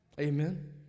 amen